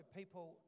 people